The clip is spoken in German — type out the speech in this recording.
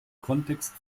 kontext